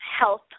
health